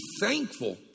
thankful